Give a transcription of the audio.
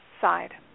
side